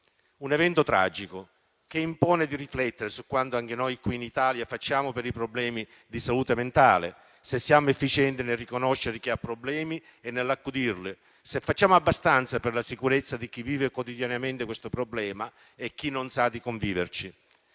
Questo tragico evento impone di riflettere su quanto anche noi qui in Italia facciamo per i problemi di salute mentale, se siamo efficienti nel riconoscere chi ha problemi e nell'accudirlo, se facciamo abbastanza per la sicurezza di chi vive quotidianamente questo problema e chi non sa di conviverci.